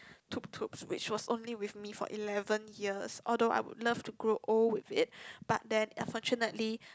Tuktuk which was only for me for eleven years although I would love to grow old with it but then unfortunately